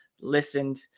listened